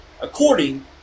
according